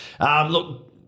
Look